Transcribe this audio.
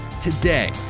today